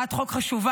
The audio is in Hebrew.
הצעת חוק חשובה,